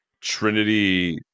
Trinity